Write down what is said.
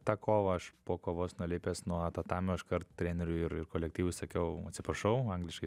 tą kovą aš po kovos nulipęs nuo tatamio iškart treneriui ir ir kolektyvui sakiau atsiprašau angliškai